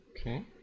okay